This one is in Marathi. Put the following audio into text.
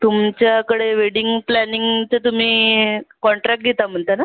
तुमच्याकडे वेडिंग प्लॅनिंगचं तुम्ही कॉन्ट्रॅक्ट घेता म्हणता ना